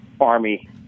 Army